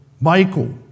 Michael